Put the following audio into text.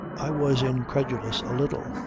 i was incredulous a little.